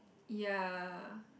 ya